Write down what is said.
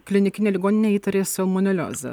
klinikinė ligoninė įtarė salmoneliozę